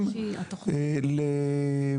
זכאים.